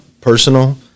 personal